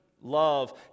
Love